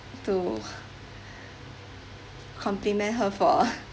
to compliment her for